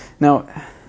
Now